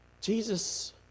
Jesus